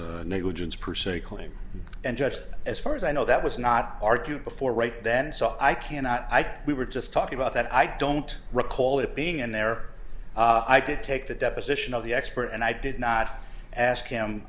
s negligence per se claim and just as far as i know that was not argued before right then so i cannot i think we were just talking about that i don't recall it being in there i could take the deposition of the expert and i did not ask him